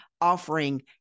offering